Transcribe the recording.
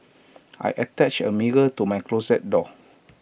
I attached A mirror to my closet door